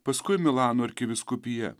paskui milano arkivyskupija